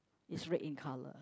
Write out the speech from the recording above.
is red in colour